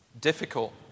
difficult